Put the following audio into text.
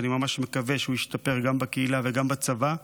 ואני ממש מקווה שהוא ישתפר גם בקהילה וגם בצבא,